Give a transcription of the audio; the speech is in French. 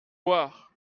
boire